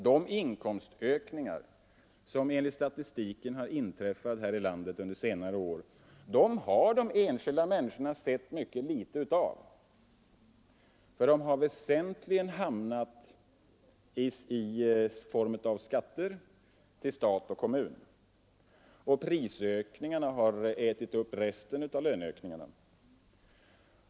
De inkomstökningar som enligt statistiken har inträffat här i landet under senare år har de enskilda människorna sett mycket litet av, eftersom de väsentligen i form av skatter har gått till stat och kommun. Prishöjningarna har ätit upp resten av löneökningarna.